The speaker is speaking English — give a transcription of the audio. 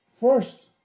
First